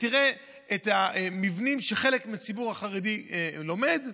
ותראה את המבנים שחלק מהציבור החרדי לומד בהם: